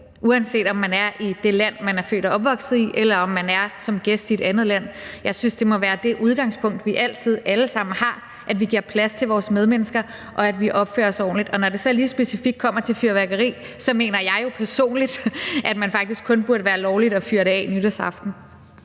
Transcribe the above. uanset om man er i det land, man er født og opvokset i, eller om man er gæst i et andet land. Jeg synes, det må være det udgangspunkt, som vi alle sammen altid har, altså at vi giver plads til vores medmennesker, og at vi opfører os ordentligt. Og når det så specifikt kommer til fyrværkeri, mener jeg personligt, at det faktisk kun burde være lovligt at fyre det af nytårsaften.